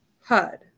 Hud